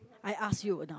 I ask you ah now